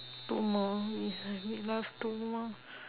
two more left two more